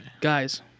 Guys